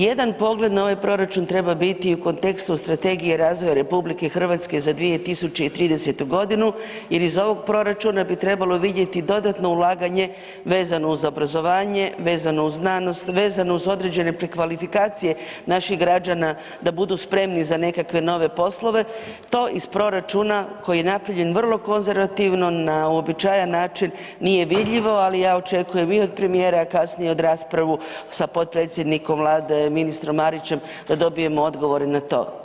Jedan pogled na ovaj proračun treba biti u kontekstu strategije razvoja RH za 2030. godinu jer iz ovog proračuna bi trebalo vidjeti dodatno ulaganje vezano uz obrazovanje, vezano uz znanost, vezano uz određene prekvalifikacije naših građana da budu spremni za nekakve nove poslove, to iz proračuna koji je napravljen vrlo konzervativno na uobičajen način nije vidljivo, ali ja očekujem i od premijera, a kasnije i raspravu sa potpredsjednikom Vlade, ministrom Marićem da dobijmo odgovore na to.